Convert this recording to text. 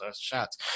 shots